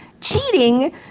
cheating